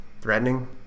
threatening